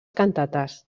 cantates